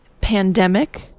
pandemic